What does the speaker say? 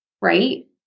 right